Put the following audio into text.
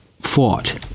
fought